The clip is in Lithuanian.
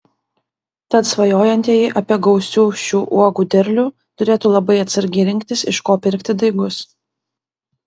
tad svajojantieji apie gausių šių uogų derlių turėtų labai atsargiai rinktis iš ko pirkti daigus